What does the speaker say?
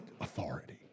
authority